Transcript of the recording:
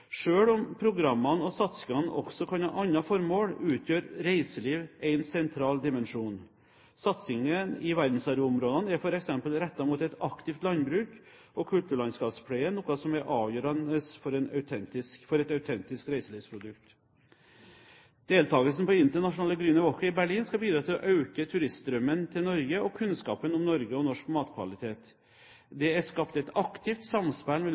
om programmene og satsingene også kan ha andre formål, utgjør reiseliv en sentral dimensjon. Satsingen i verdensarvområdene er f.eks. rettet mot et aktivt landbruk og kulturlandskapspleie, noe som er avgjørende for et autentisk reiselivsprodukt. Deltakelsen på Internationale Grüne Woche i Berlin skal bidra til å øke turiststrømmen til Norge og kunnskap om Norge og norsk matkvalitet. Det er skapt et aktivt samspill